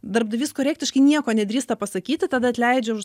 darbdavys korektiškai nieko nedrįsta pasakyti tada atleidžia už